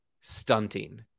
stunting